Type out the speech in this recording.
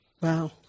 Wow